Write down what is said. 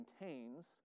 maintains